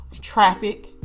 traffic